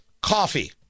Coffee